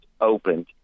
opened